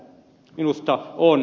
minusta on